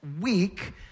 week